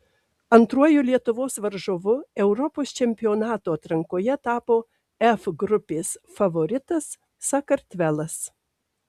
antruoju lietuvos varžovu europos čempionato atrankoje tapo f grupės favoritas sakartvelas